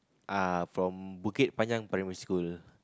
uh from Bukit-Panjang primary school